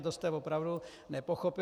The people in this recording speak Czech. To jste opravdu nepochopil.